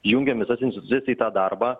jungiam visas institucijas į tą darbą